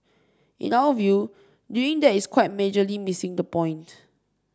in our view doing that is quite majorly missing the point